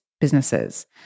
businesses